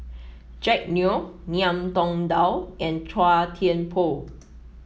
Jack Neo Ngiam Tong Dow and Chua Thian Poh